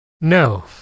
No